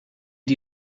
die